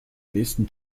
nächsten